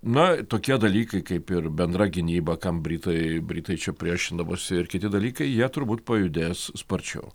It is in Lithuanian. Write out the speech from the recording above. na tokie dalykai kaip ir bendra gynyba kam britai britai čia priešindavosi ir kiti dalykai jie turbūt pajudės sparčiau